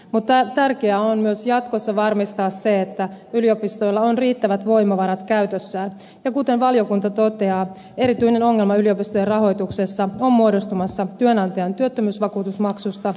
mutta tärkeää on myös jatkossa varmistaa se että yliopistoilla on riittävät voimavarat käytössään ja kuten valiokunta toteaa erityinen ongelma yliopistojen rahoituksessa on muodostumassa työnantajan työttömyysvakuutusmaksusta